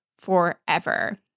forever